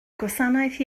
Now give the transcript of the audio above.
gwasanaeth